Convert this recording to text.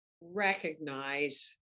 recognize